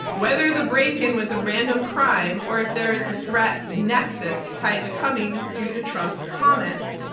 whether the break in was a random crime or if there is a threat nexus tied to cummings due to trump's comments.